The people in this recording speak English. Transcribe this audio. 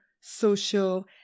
social